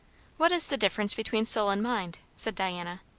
what is the difference between soul and mind? said diana.